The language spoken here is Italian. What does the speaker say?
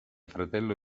fratello